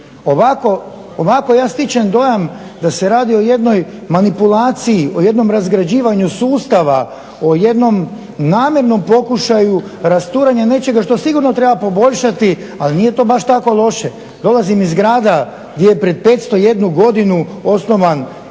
Ovako ja stječem dojam da se radi o jednoj manipulaciji, o jednom razgrađivanju sustava, o jednom namjernom pokušaju rasturanja nečega što sigurno treba poboljšati ali nije to baš tako loše. Dolazim iz grada gdje je prije 501 godinu osnovan